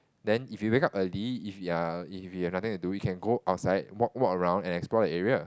then if you wake up early if you are if you have nothing to do we can go outside walk walk around and explore the area